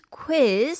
quiz